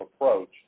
approach